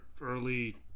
early